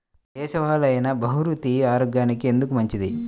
దేశవాలి అయినా బహ్రూతి ఆరోగ్యానికి ఎందుకు మంచిది?